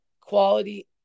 quality